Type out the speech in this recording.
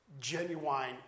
genuine